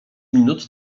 minut